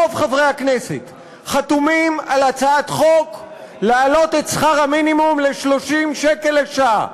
רוב חברי הכנסת חתומים על הצעת חוק להעלאת שכר המינימום ל-30 שקל לשעה.